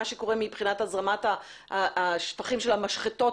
שקורה מבחינת הזרמת השפכים של המשחטות,